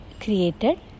created